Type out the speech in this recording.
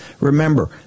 remember